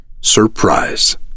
Surprise